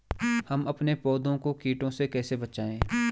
हम अपने पौधों को कीटों से कैसे बचाएं?